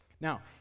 Now